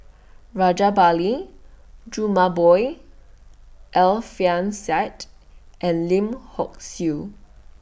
Rajabali Jumabhoy Alfian Sa'at and Lim Hock Siew